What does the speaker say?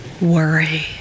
worry